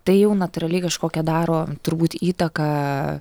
tai jau natūraliai kažkokią daro turbūt įtaką